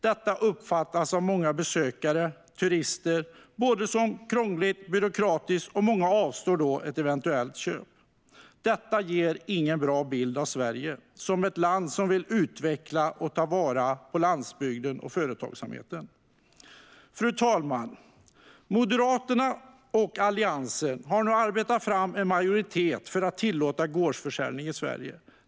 Detta uppfattas av många besökare och turister som både krångligt och byråkratiskt. Många avstår därför från ett eventuellt köp. Detta ger ingen bra bild av Sverige som ett land som vill utveckla och ta vara på landsbygden och företagsamheten. Fru talman! Moderaterna och Alliansen har nu arbetat fram en majoritet för att tillåta gårdsförsäljning i Sverige.